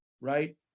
right